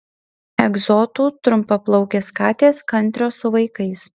egzotų trumpaplaukės katės kantrios su vaikais